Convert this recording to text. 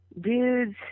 dudes